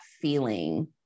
feeling